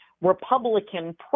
Republican